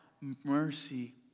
Mercy